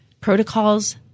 protocols